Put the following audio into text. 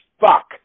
fuck